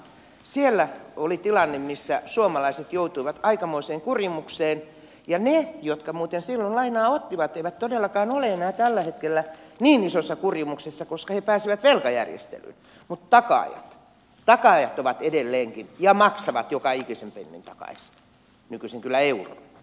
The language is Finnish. silloin oli tilanne missä suomalaiset joutuivat aikamoiseen kurimukseen ja ne jotka silloin lainaa ottivat eivät muuten todellakaan ole enää tällä hetkellä niin isossa kurimuksessa koska he pääsivät velkajärjestelyyn mutta takaajat ovat edelleenkin ja maksavat joka ikisen pennin takaisin nykyisin kyllä euron